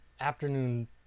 afternoon